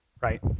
right